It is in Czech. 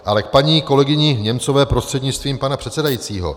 Ale k paní kolegyni Němcové prostřednictvím pana předsedajícího.